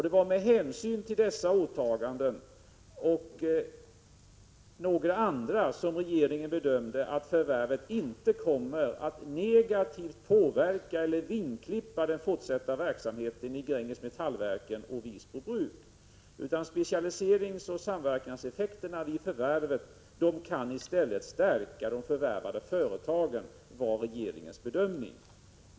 Det var med hänsyn till dessa åtaganden och några andra som regeringen bedömde att förvärvet inte kommer att negativt påverka eller vingklippa den fortsatta verksamheten vid Gränges Metallverken och Wirsbo Bruk. Specialiseringsoch samverkanseffekterna av förvärvet kan i stället stärka de förvärvade företagen. Det var regeringens bedömning.